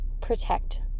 protect